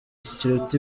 kiruta